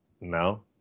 no